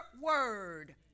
word